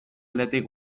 aldetik